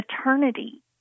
eternity